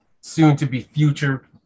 soon-to-be-future